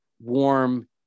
warm